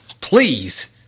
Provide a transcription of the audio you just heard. Please